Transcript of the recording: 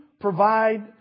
provide